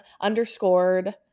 underscored